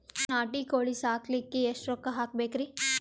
ನಾಟಿ ಕೋಳೀ ಸಾಕಲಿಕ್ಕಿ ಎಷ್ಟ ರೊಕ್ಕ ಹಾಕಬೇಕ್ರಿ?